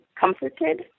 comforted